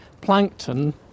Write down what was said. plankton